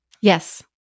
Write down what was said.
Yes